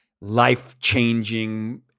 life-changing